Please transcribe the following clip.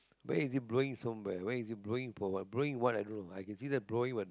where is he blowing somewhere where is he blowing for what blowing what i don't know I can see the blowing but uh